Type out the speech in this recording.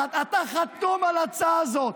אתה חתום על ההצעה הזאת.